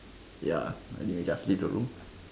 ya I think we just leave the room